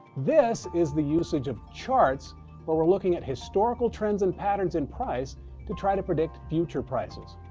this is the usage of charts where we're looking at historical trends and patterns in price to try to predict future prices.